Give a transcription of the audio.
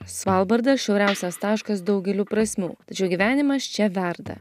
svalbardas šiauriausias taškas daugeliu prasmių tačiau gyvenimas čia verda